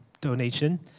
donation